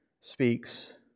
speaks